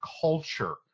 culture